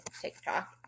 TikTok